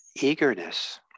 eagerness